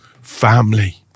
family